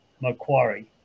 Macquarie